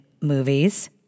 movies